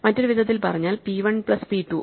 മറ്റൊരു വിധത്തിൽ പറഞ്ഞാൽ പി 1 പ്ലസ് പി 2